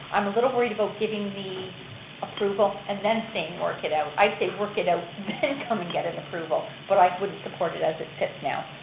i'm a little worried about giving the approval and then saying work it out. i'd say work it out, then come and get an approval, but i wouldn't support it as it sits now.